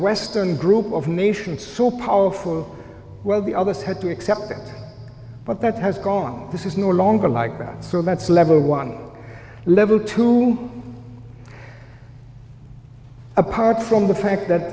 western group of nations so powerful well the others had to accept it but that has gone this is no longer like that so that's level one level two apart from the fact that